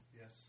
yes